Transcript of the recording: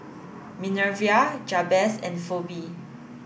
Minervia Jabez and Pheobe